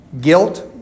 Guilt